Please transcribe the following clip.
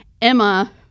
emma